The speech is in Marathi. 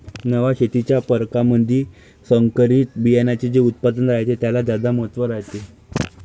नव्या शेतीच्या परकारामंधी संकरित बियान्याचे जे उत्पादन रायते त्याले ज्यादा महत्त्व रायते